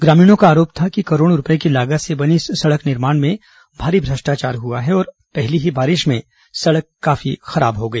ग्रामीणों का आरोप था कि करोड़ों रूपये की लागत से बनी इस सड़क निर्माण में भारी भ्रष्टाचार हुआ है और पहली ही बारिश में सड़क काफी खराब हो गई